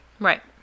Right